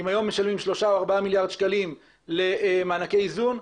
אם היום משלמים שלושה או ארבעה מיליארד שקלים למענקי איזון,